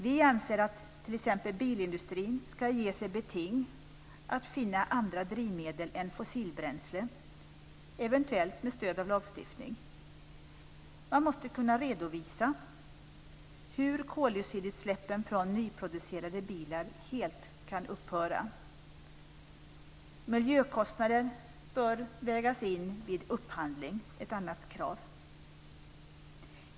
Vi anser att t.ex. bilindustrin ska ges ett beting att finna andra drivmedel än fossilbränsle, eventuellt med stöd av lagstiftning. Man måste kunna redovisa hur koldioxidutsläppen från nyproducerade bilar helt kan upphöra. Ett annat krav är att miljökostnader bör vägas in vid upphandling.